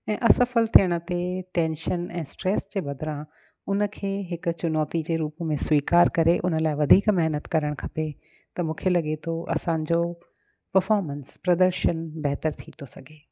ऐं असफल थियण ते टेंशन ऐं स्ट्रेस जे बदिरां उन खे हिकु चुनौती जे रूप में स्वीकार करे उन लाइ वधीक महिनत करणु खपे त मूंखे लॻे थो असांजो परफोर्मेंस प्रदर्शन बहितर थी थो सघे